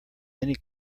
many